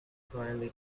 finally